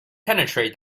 penetrate